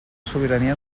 sobirania